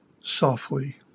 softly